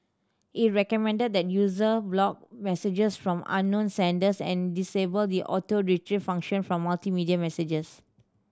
it recommended that user block messages from unknown senders and disable the Auto Retrieve function for multimedia messages